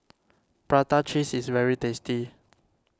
Prata Cheese is very tasty